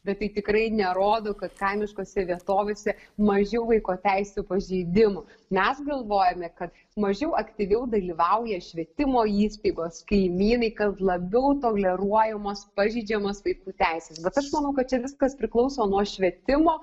bet tai tikrai nerodo kad kaimiškose vietovėse mažiau vaiko teisių pažeidimų mes galvojame kad mažiau aktyviau dalyvauja švietimo įstaigos kaimynai kad labiau toleruojamos pažeidžiamos vaikų teisės bet aš manau kad čia viskas priklauso nuo švietimo